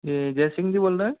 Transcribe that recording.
जी जय सिंह जी बोल रहे हैं